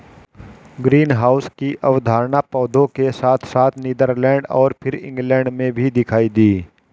greenhouse की अवधारणा पौधों के साथ साथ नीदरलैंड और फिर इंग्लैंड में भी दिखाई दी